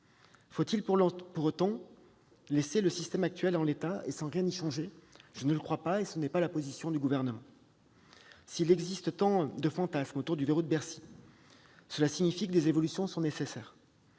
Faut-il pour autant laisser le système actuel en l'état, sans rien y changer ? Je ne le crois pas, et ce n'est pas la position du Gouvernement. S'il existe tant de fantasmes autour du « verrou de Bercy », cela signifie que des évolutions sont nécessaires.